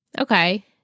Okay